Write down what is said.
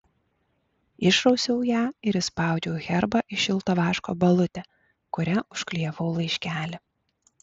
išrausiau ją ir įspaudžiau herbą į šilto vaško balutę kuria užklijavau laiškelį